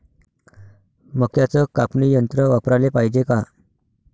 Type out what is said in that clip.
मक्क्याचं कापनी यंत्र वापराले पायजे का?